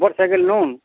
ବଡ଼ ସାଇକେଲ୍ ନେଉନ୍